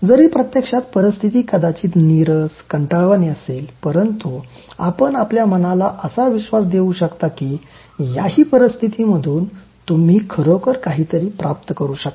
जरी प्रत्यक्षात परिस्थिती कदाचित नीरस कंटाळवाणी असेल परंतु आपण आपल्या मनाला असा विश्वास देवू शकता की याही परिस्थितीमधून तुम्ही खरोखर काहीतरी प्राप्त करू शकता